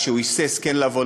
שהוא היסס כן לבוא,